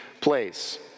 place